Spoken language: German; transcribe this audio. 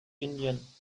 indien